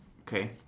Okay